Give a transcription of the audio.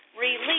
release